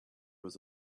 was